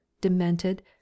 demented